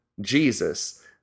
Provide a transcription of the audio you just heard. Jesus